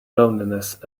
loneliness